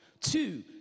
Two